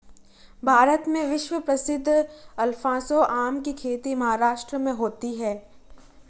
भारत में विश्व प्रसिद्ध अल्फांसो आम की खेती महाराष्ट्र में होती है